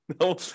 No